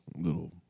little